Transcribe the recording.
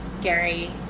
Gary